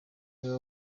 niwe